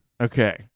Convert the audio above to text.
Okay